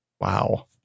Wow